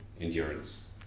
endurance